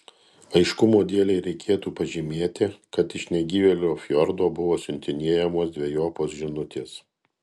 aiškumo dėlei reikėtų pažymėti kad iš negyvėlio fjordo buvo siuntinėjamos dvejopos žinutės